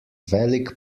velik